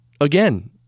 again